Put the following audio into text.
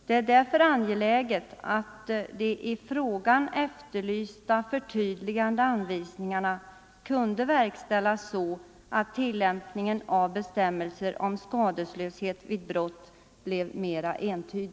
Det är därför angeläget att de i frågan efterlysta förtydligande anvisningarna kunde verkställas så att tillämpningen av bestämmelserna om skadeslöshet vid brott blir mera entydig.